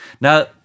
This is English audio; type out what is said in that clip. Now